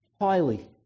highly